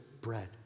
bread